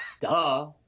Duh